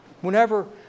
Whenever